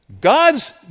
God's